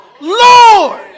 Lord